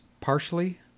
partially